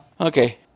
Okay